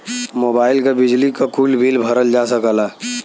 mobile क, बिजली क, कुल बिल भरल जा सकला